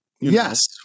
Yes